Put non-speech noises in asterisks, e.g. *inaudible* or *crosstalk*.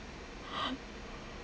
*laughs*